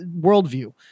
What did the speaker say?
worldview